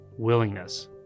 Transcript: Willingness